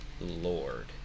lord